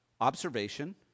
observation